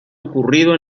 ocurrido